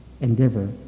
endeavor